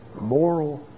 Moral